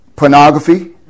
Pornography